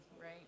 right